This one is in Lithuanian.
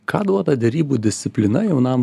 ką duoda derybų disciplina jaunam